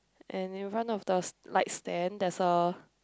and in front of the light stand there's a